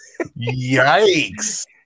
Yikes